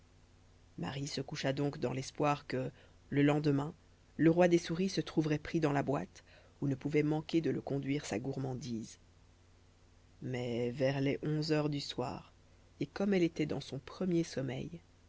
marie se coucha donc dans l'espoir que le lendemain le roi des souris se trouverait pris dans la boîte où ne pouvait manquer de le conduire sa gourmandise mais vers les onze heures du soir et comme elle était dans son premier sommeil